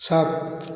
ସାତ